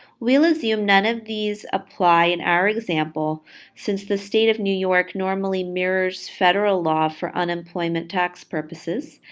we'll assume none of these apply in our example since the state of new york normally mirrors federal law for unemployment tax purposes,